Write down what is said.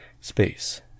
space